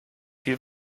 viel